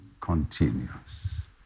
continuous